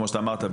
כמו שאתה אמרת,